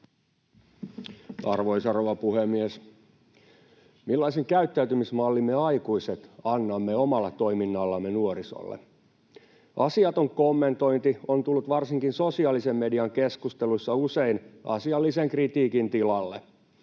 Arvoisa rouva puhemies! Millaisen käyttäytymismallin me aikuiset annamme omalla toiminnallamme nuorisolle? Asiaton kommentointi on tullut varsinkin sosiaalisen median keskusteluissa usein asiallisen kritiikin tilalle.